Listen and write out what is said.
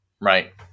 Right